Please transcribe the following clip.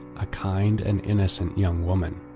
a kind and innocent young woman.